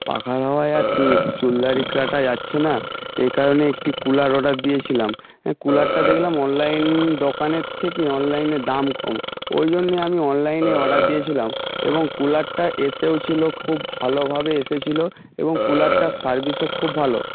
পাখার হাওয়ায় আর চুল দাড়ি কাটা যাচ্ছে না এ কারণে একটি কুলার অর্ডার দিয়েছিলাম কুলারটা দেখলাম অনলাইন দোকানের থেকে অনলাইনে দাম কম ওই জন্যে আমি অনলাইনে অর্ডার দিয়েছিলাম এবং কুলারটা এসেওছিলো খুব ভালোভাবে এসেছিলো এবং কুলারটার সার্ভিসও খুব ভালো